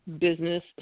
business